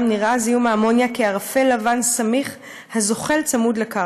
נראה זיהום האמוניה כערפל לבן סמיך הזוחל צמוד לקרקע.